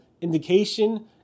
indication